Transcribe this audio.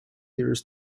years